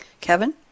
Kevin